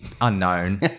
unknown